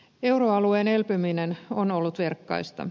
euroalueen elpyminen on ollut verkkaista